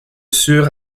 sur